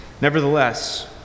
Nevertheless